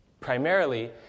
primarily